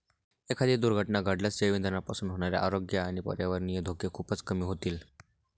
एखादी दुर्घटना घडल्यास जैवइंधनापासून होणारे आरोग्य आणि पर्यावरणीय धोके खूपच कमी होतील